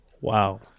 Wow